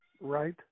Right